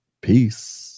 peace